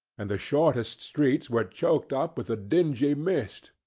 and the shortest streets were choked up with a dingy mist,